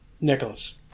Nicholas